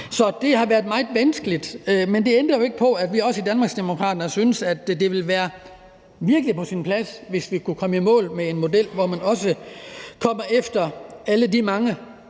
Så det har været meget vanskeligt, men det ændrer jo ikke på, at vi i Danmarksdemokraterne virkelig også synes, at det ville være på sin plads, hvis vi kunne komme i mål med en model, hvor man kommer efter alle de mange